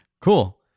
Cool